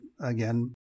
again